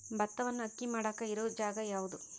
ಭತ್ತವನ್ನು ಅಕ್ಕಿ ಮಾಡಾಕ ಇರು ಜಾಗ ಯಾವುದು?